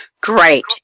Great